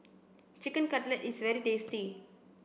chicken Cutlet is very tasty